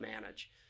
manage